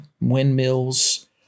windmills